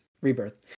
rebirth